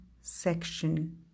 section